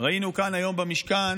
ראינו כאן היום במשכן,